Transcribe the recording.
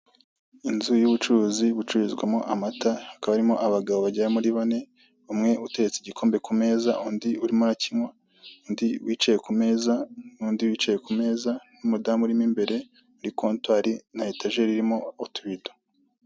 Inzu y'ubucuruzi bucururizwamo amata hakaba harimo abagabo bagera kuri bane umwe uteretse igikombe ku meza, undi arimo arakinywa, undi wicaye ku meza n'undi wicaye ku meza n'umudamu urimo imbere muri kontwari na etajeri irimo utubido.